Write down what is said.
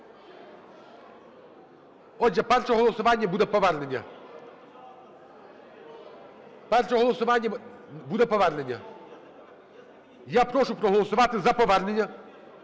Перше голосування буде повернення. Я прошу проголосувати за повернення,